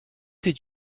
did